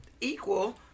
equal